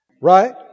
Right